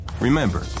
Remember